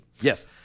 Yes